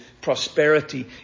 Prosperity